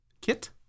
Kit